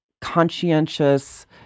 conscientious